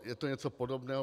Je to něco podobného.